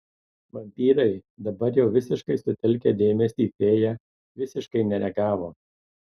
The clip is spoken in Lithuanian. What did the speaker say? vampyrai dabar jau visiškai sutelkę dėmesį į fėją visiškai nereagavo